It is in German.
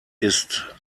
ist